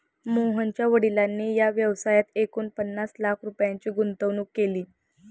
मोहनच्या वडिलांनी या व्यवसायात एकूण पन्नास लाख रुपयांची गुंतवणूक केली